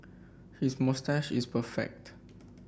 his moustache is perfect